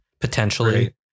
potentially